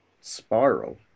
Spiral